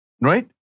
right